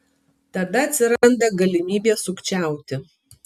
tada atsiranda galimybė sukčiauti